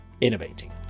innovating